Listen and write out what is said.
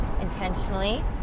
intentionally